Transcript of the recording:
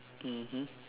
mmhmm